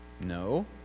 No